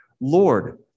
Lord